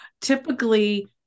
typically